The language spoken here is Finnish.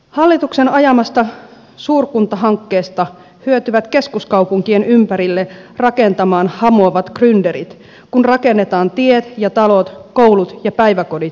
hallituksen ajamasta suurkuntahankkeesta hyötyvät keskuskaupunkien ympärille rakentamaan hamuavat grynderit kun rakennetaan tiet ja talot koulut ja päiväkodit uudelleen